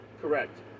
correct